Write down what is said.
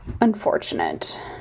Unfortunate